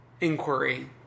inquiry